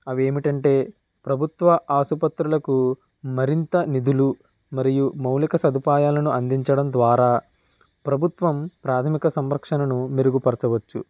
అవి ఏమిటంటే ప్రభుత్వ ఆసుపత్రులకు మరింత నిధులు మరియు మౌలిక సదుపాయాలను అందించడం ద్వారా ప్రభుత్వం ప్రాథమిక సంరక్షణను మెరుగుపరచవచ్చు